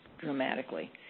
dramatically